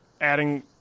adding –